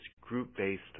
group-based